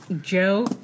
Joe